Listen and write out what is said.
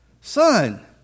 Son